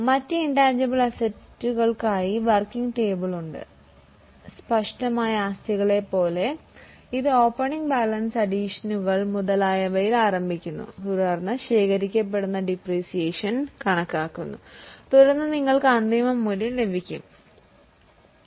മറ്റ് ഇൻറ്റാൻജിബിൾ ആസ്തികൾക്കായി റ്റാൻജിബിൾ ആസ്തികളെപ്പോലെ ഇത് ഓപ്പണിംഗ് ബാലൻസ് അഡീഷനുകൾ മുതലായവയിൽ ആരംഭിക്കുന്നു തുടർന്ന് അക്കയുമിലേറ്റസ്ഡ് ഡിപ്രീസിയേഷൻ കണക്കാക്കുകയും നിങ്ങൾക്ക് അന്തിമ മൂല്യം ലഭിക്കുകയും ചെയ്യും